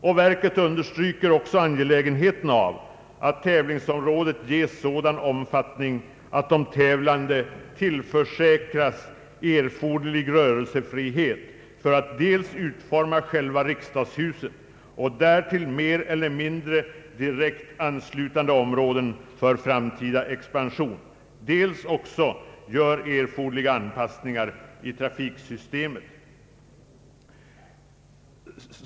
Planverket understryker också angelägenheten av att tävlingsområdet ges sådan omfattning att de tävlande tillförsäkras erforderlig rörelsefrihet för att dels utforma själva riksdagshuset och därtill mer eller mindre direkt anslutande områden för framtida expansion, dels också göra erforderliga anpassningar i trafiksystemet.